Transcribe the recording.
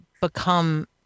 become